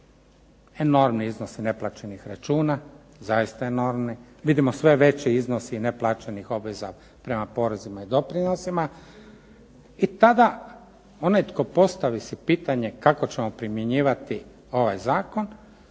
enormni iznosi neplaćenih računa, zaista enormni, vidimo sve veći iznosi neplaćenih obveza prema porezima i doprinosima, i tada onaj tko postavi si pitanje kak ćemo primjenjivati ovaj zakon,